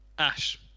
Ash